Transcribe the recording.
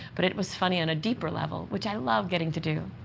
but it was funny on a deeper level, which i love getting to do.